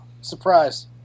Surprise